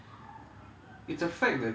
it's quite dumb because